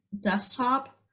desktop